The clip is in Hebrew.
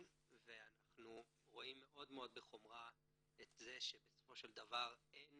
ואנחנו רואים מאוד בחומרה את זה שבסופו של דבר אין